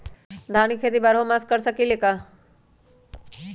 धान के खेती बारहों मास कर सकीले का?